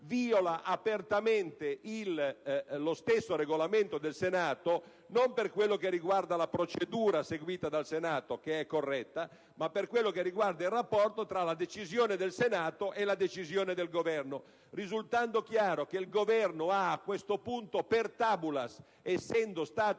viola apertamente lo stesso Regolamento del Senato, e ciò, non per quello che riguarda la procedura seguita dal Senato, che è corretta, ma per quanto riguarda il rapporto tra la decisione del Senato e la decisione del Governo, risultando chiaro che il Governo ha a questo punto *per tabulas*, essendo stato